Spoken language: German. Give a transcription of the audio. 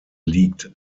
liegt